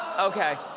okay,